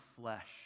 flesh